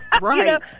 Right